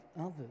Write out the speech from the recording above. others